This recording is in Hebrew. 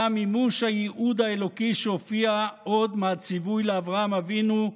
היה מימוש הייעוד האלוקי שהופיע עוד מהציווי לאברהם אבינו,